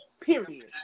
Period